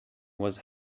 was